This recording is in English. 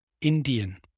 Indian